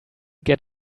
get